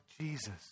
Jesus